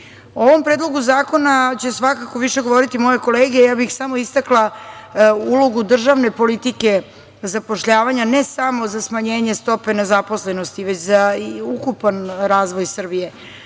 ovom predlogu zakona će svakako više govoriti moje kolege, ja bih samo istakla ulogu državne politike zapošljavanja ne samo za smanjenje stope nezaposlenosti, već i za ukupan razvoj